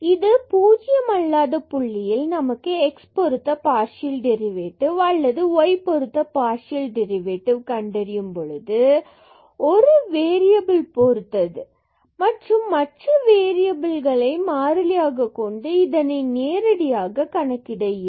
இது 0 அல்லத புள்ளியில் நமக்கு x பொருத்த பார்சியல் டெரிவேட்டிவ் அல்லது y பொருத்த பார்சியல் டெரிவேட்டிவ் கண்டறியும் பொழுது ஒரு வேறியபில் பொறுத்து மற்றும் மற்ற வேறியபில்களை மாறிலியாக கொண்டு நேரடியாக கணக்கிட இயலும்